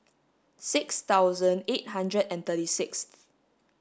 six thousand eight hundred and thirty sixth